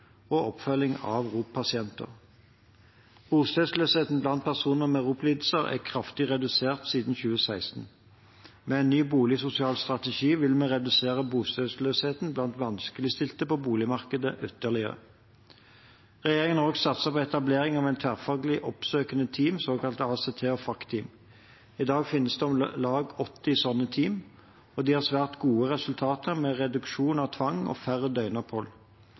og oppfølging av ROP-pasienter. Bostedsløsheten blant personer med ROP-lidelser er kraftig redusert siden 2016. Med en ny boligsosial strategi vil vi redusere bostedsløsheten blant vanskeligstilte på boligmarkedet ytterligere. Regjeringen har også satset på etablering av tverrfaglige, oppsøkende team, såkalte ACT- og FACT-team. I dag finnes det om lag 80 slike team, og de har svært gode resultater med reduksjon av tvang og færre døgnopphold.